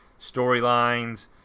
storylines